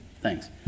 Thanks